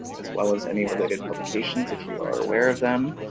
as well as any related publications if you are aware of them.